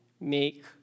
make